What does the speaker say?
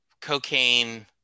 cocaine